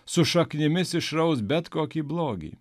su šaknimis išraus bet kokį blogį